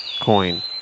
coin